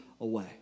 away